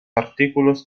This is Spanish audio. artículos